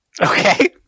Okay